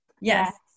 yes